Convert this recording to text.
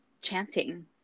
chanting